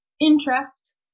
Interest